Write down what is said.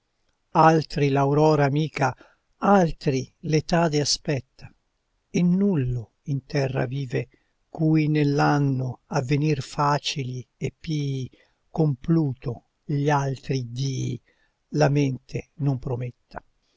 s'affatica altri l'aurora amica altri l'etade aspetta e nullo in terra vive cui nell'anno avvenir facili e pii con pluto gli altri iddii la mente non prometta